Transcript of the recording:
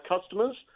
customers